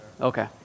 Okay